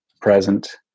present